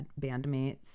bandmates